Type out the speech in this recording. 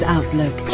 Outlook